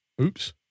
Oops